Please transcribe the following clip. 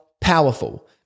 powerful